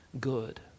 good